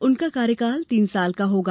उनका कार्यकाल तीन साल का होगा